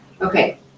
Okay